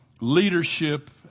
Leadership